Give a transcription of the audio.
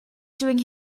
doing